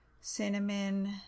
cinnamon